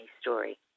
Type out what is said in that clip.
story